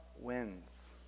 wins